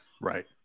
right